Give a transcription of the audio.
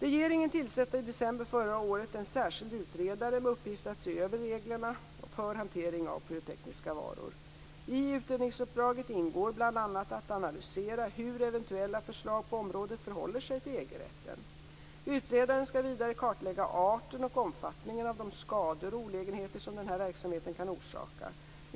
Regeringen tillsatte i december förra året en särskild utredare med uppgift att se över reglerna för hantering av pyrotekniska varor. I utredningsuppdraget ingår bl.a. att analysera hur eventuella förslag på området förhåller sig till EG-rätten. Utredaren skall vidare kartlägga arten och omfattningen av de skador och olägenheter som den här verksamheten kan orsaka.